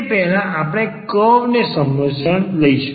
તે પહેલાં આપણે કર્વને સમજણ લઈશું